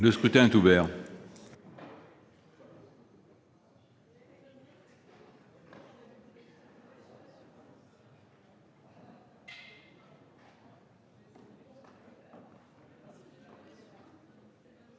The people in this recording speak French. Le scrutin est ouvert.